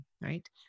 right